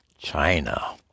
China